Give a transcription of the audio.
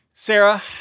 Sarah